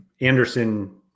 Anderson